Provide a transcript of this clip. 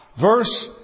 verse